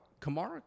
Kamara